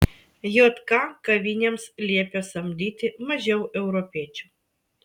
jk kavinėms liepė samdyti mažiau europiečių